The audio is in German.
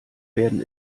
werden